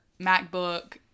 MacBook